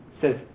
says